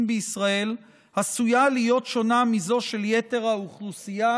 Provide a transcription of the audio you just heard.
בישראל עשויה להיות שונה מזו של יתר האוכלוסייה,